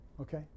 Okay